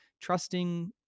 trusting